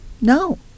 no